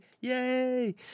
Yay